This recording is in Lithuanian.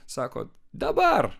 sako dabar